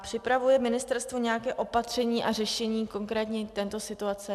Připravuje ministerstvo nějaké opatření a řešení konkrétně této situace?